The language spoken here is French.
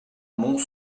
mont